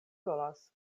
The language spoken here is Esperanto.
volas